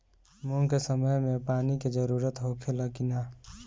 मूंग के समय मे पानी के जरूरत होखे ला कि ना?